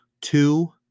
Two